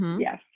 Yes